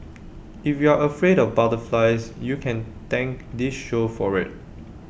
if you're afraid of butterflies you can thank this show for IT